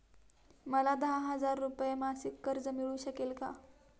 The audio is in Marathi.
मला दहा हजार रुपये मासिक कर्ज मिळू शकेल का?